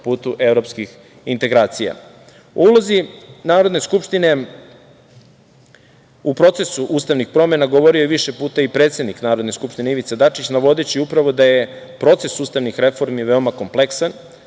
putu evropskih integracija.U ulozi Narodne skupštine u procesu ustavnih promena govorio je više puta i predsednik Narodne skupštine Ivica Dačić, navodeći upravo da je proces ustavnih reformi veoma kompleksan,